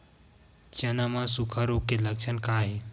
चना म सुखा रोग के लक्षण का हे?